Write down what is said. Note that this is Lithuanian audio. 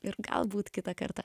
ir galbūt kitą kartą